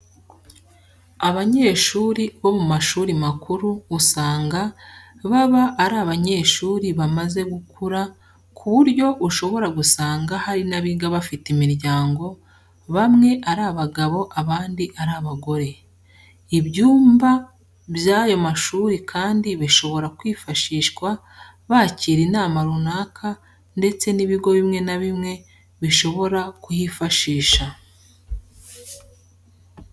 Abanyeshuri bo mu mashuri makuru usanga baba ari abanyeshuri bamaze gukura ku buryo ushobora gusanga hari n'abiga bafite imiryango, bamwe ari abagabo abandi ari abagore. Ibyumba by'ayo mashuri kandi bishobora kwifashishwa bakira inama runaka ndetse n'ibigo bimwe na bimwe bishobora kuhifashisha.